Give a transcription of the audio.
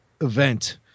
event